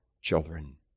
children